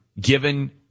given